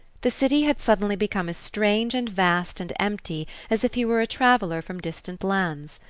the city had suddenly become as strange and vast and empty as if he were a traveller from distant lands.